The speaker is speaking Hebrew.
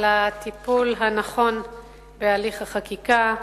על הטיפול הנכון בהליך החקיקה,